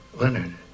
Leonard